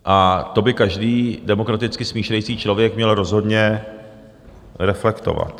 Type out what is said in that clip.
A to by každý demokraticky smýšlející člověk měl rozhodně reflektovat.